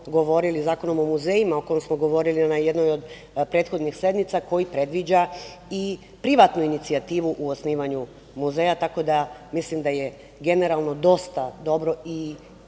Zakonom o muzejima, o kojem smo govorili na jednoj od prethodnih sednica, koji predviđa i privatnu inicijativu u osnivanju muzeja, tako da mislim da je generalno dosta dobro i